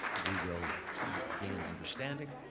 we will gain understanding,